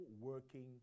working